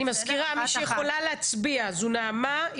אני מזכירה: מי שיכולות להצביע אלו נעמה,